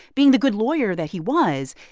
being the good lawyer that he was,